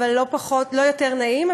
לא יותר נעים,